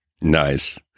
Nice